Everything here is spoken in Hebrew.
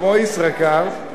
כמו "ישראכרט",